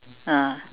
ah